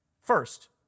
first